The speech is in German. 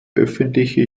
öffentliche